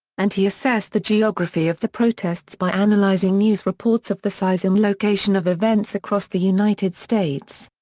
and he assessed the geography of the protests by analyzing news reports of the size and location of events across the united states.